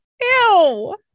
ew